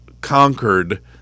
conquered